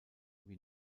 wie